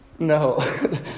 No